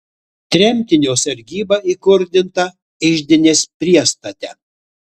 tremtinio sargyba įkurdinta iždinės priestate